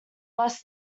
less